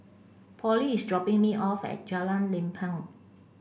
Pollie is dropping me off at Jalan Lempeng